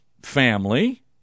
family